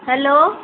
hello